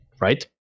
right